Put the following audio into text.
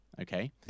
okay